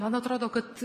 man atrodo kad